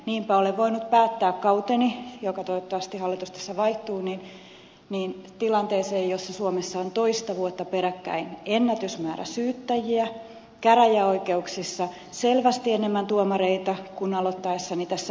niinpä olen voinut päättää kauteni kun toivottavasti tässä hallitus vaihtuu tilanteeseen jossa suomessa on toista vuotta peräkkäin ennätysmäärä syyttäjiä käräjäoikeuksissa selvästi enemmän tuomareita kuin aloittaessani tässä tehtävässä